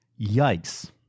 Yikes